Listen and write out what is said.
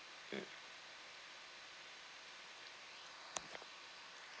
mmhmm